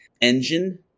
engine